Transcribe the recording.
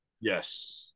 Yes